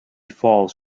falls